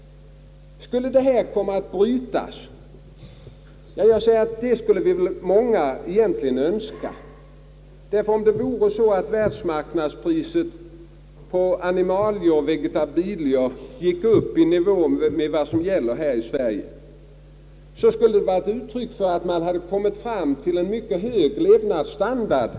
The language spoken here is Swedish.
Många av oss önskar väl i själva verket att det förhållandet skulle ändras, ty om världsmarknadspriserna på animalier och vegetabilier gick upp i nivå med priserna här i Sverige så skulle det ju vara ett uttryck för att man också i andra länder hade uppnått en hög levnadsstandard.